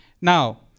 Now